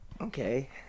Okay